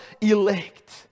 elect